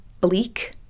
bleak